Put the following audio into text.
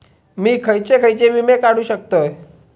मी खयचे खयचे विमे काढू शकतय?